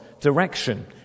direction